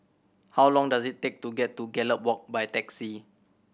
how long does it take to get to Gallop Walk by taxi